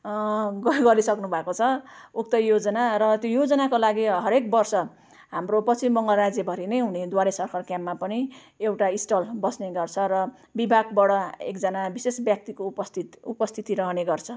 गरिसक्नु भएको छ उक्त योजना र त्यो योजनाको लागि हरेक वर्ष हाम्रो पश्चिम बङ्गाल राज्यभरि नै हुने द्वारे सरकार क्याम्पमा पनि एउटा स्टल बस्ने गर्छ र विभागबाट एकजना विशेष व्यक्तिको उपस्थित उपस्थिति रहने गर्छ